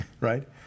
right